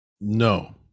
No